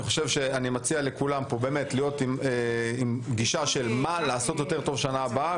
אני מציע לכולם פה להיות עם גישה של מה לעשות טוב יותר בשנה הבאה.